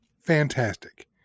Fantastic